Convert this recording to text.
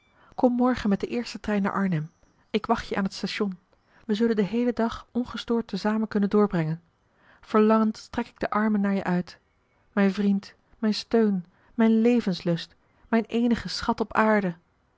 kom morgen met den eersten trein naar arnhem ik wacht je aan het station wij zullen den heelen dag ongestoord te zamen kunnen doorbrengen verlangend strek ik de armen naar je uit mijn vriend mijn steun mijn levenslust mijn eenige schat op aarde